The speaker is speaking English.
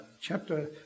chapter